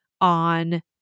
on